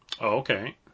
Okay